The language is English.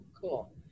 Cool